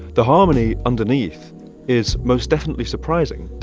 the harmony underneath is most definitely surprising,